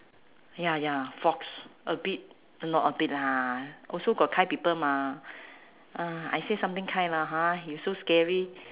ya ya fox a bit not a bit lah also got kind people mah uh I said something kind lah ha you so scary